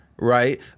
right